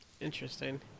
Interesting